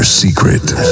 secret